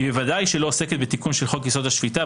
ובוודאי שאינה עוסקת בתיקון של חוק יסוד: השפיטה,